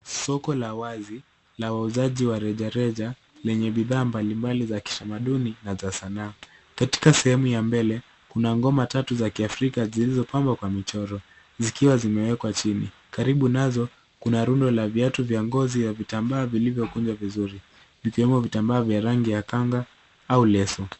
Soko la wazi la wauzaji wa rejareja lenye bidhaa mbalimbali za kitamaduni na za sanaa. Katika sehemu ya mbele kuna ngoma tatu za kiafrika zilizobambwa kwa michoro zikiwa zimewekwa chini. Karibu nazo kuna runo la viatu vya ngozi ya vitambaa vilivyokujwa vizuri vikiwemo vitambaa vya rangi ya kanga au leso.